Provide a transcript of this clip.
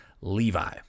Levi